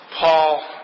Paul